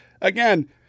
again